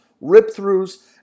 rip-throughs